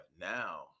now